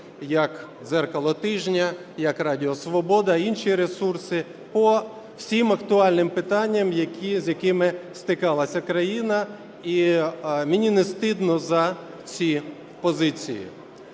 як "Дзеркало тижня", як Радіо Свобода, інші ресурси, по всім актуальним питанням, з якими стикалася країна, і мені не стидно за ці позиції.